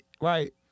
right